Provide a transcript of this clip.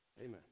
amen